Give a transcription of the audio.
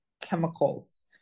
chemicals